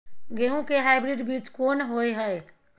गेहूं के हाइब्रिड बीज कोन होय है?